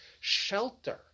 shelter